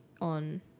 on